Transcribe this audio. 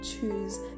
choose